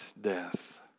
death